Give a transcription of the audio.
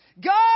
God